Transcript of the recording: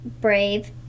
brave